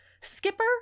Skipper